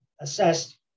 assessed